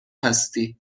هستی